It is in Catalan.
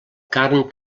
carn